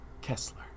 Kessler